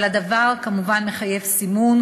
אבל הדבר כמובן מחייב סימון,